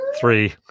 Three